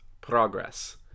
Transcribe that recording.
progress